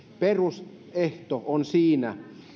perusehto on siinä